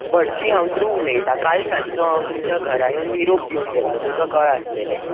भटजी हांव द्रुव उलयता काल सांजचो हांव तुमच्या घरा येवन निरोप दिवन गेल्लो तुमकां कळ्ळां आसतले